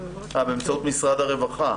באמצעות משרד הרווחה?